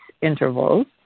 intervals